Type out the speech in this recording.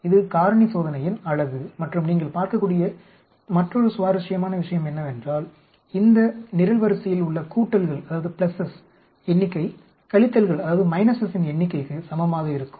இது காரணி சோதனையின் அழகு மற்றும் நீங்கள் பார்க்கக்கூடிய மற்றொரு சுவாரஸ்யமான விஷயம் என்னவென்றால் இந்த நிரல்வரிசையில் உள்ள கூட்டல்களின் எண்ணிக்கை கழித்தல்களின் எண்ணிக்கைக்கு சமமாக இருக்கும்